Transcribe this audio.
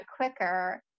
quicker